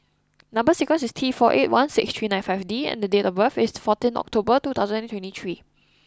number sequence is T four eight one six three nine five D and date of birth is fourteen October two thousand and twenty three